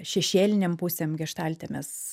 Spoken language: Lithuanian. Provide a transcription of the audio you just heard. šešėlinėm pusėm geštalte mes